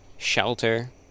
Shelter